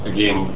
Again